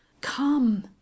Come